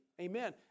Amen